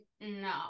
No